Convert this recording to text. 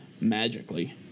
magically